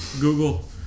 Google